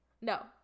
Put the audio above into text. No